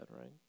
right